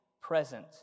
present